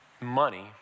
Money